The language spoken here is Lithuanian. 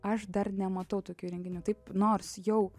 aš dar nematau tokių įrenginių taip nors jau